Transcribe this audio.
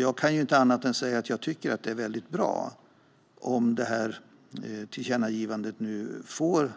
Jag kan inte annat än säga att jag tycker att det är väldigt bra om det här tillkännagivandet nu får